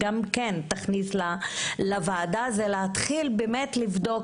שתכניס לוועדה זה באמת להתחיל באמת לבדוק.